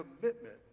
commitment